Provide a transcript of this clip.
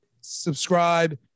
subscribe